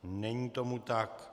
Není tomu tak.